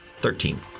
Thirteen